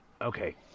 Okay